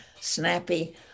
snappy